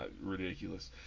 ridiculous